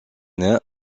nefs